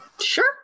Sure